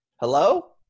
hello